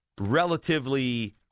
relatively